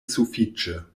sufiĉe